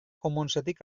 commonsetik